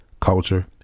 culture